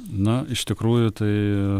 na iš tikrųjų tai